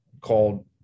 called